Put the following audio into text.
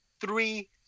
three